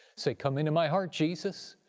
say, come into my heart, jesus!